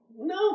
No